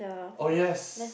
oh yes